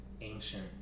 ancient